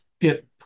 get